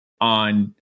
on